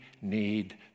need